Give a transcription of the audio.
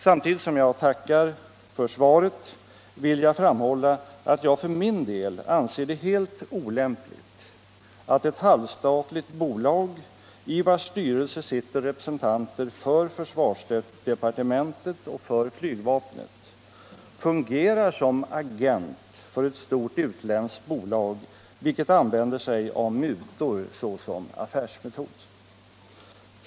Samtidigt som jag tackar för svaret vill jag framhålla att jag för min del anser det helt olämpligt att ett halvstatligt bolag, i vars styrelse sitter representanter för försvarsdepartementet och flygvapnet, fungerar som agent för ett stort utländskt bolag vilket använder sig av mutor såsom affärsmetod.